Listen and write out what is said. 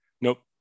nope